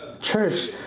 Church